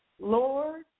Lord